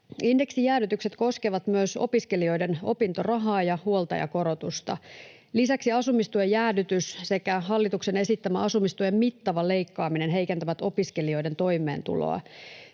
Indeksijäädytykset koskevat myös opiskelijoiden opintorahaa ja huoltajakorotusta. Lisäksi asumistuen jäädytys sekä hallituksen esittämä asumistuen mittava leikkaaminen heikentävät opiskelijoiden toimeentuloa.